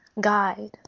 guide